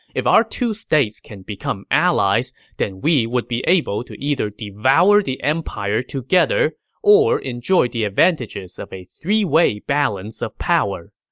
if our two states can become allies, then we would be able to either devour the empire together or enjoy the advantages of a three-way balance of power.